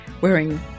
wearing